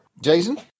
Jason